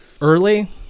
early